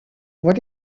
what